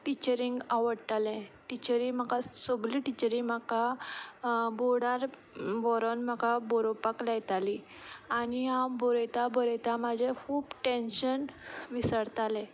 टिचरींक आवडटालें टिचरी म्हाका सगल्यो टिचरी म्हाका बोर्डार व्हरून म्हाका बरोवपाक लायताली आनी हांव बरयता बरयता मागीर म्हजें खूब टेंशन विसरतालें